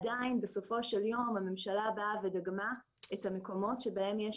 עדין בסופו של יום הממשלה באה ודגמה את המקומות שבהם יש